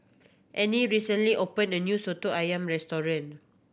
Annie recently opened a new Soto Ayam restaurant